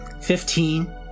Fifteen